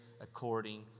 according